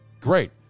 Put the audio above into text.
great